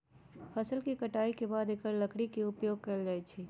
फ़सल के कटाई के बाद एकर लकड़ी के उपयोग कैल जाइ छइ